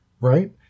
Right